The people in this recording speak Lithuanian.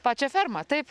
pačią fermą taip